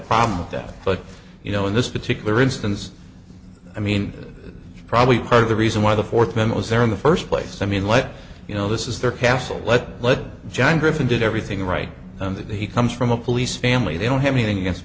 problem with that but you know in this particular instance i mean that probably part of the reason why the fourth member was there in the first place i mean let you know this is their castle let's let john griffin did everything right now that he comes from a police family they don't have anything against